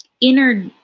inner